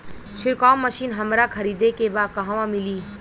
छिरकाव मशिन हमरा खरीदे के बा कहवा मिली?